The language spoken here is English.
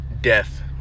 death